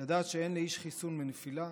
לדעת שאין לאיש חיסון מנפילה,